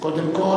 קודם כול,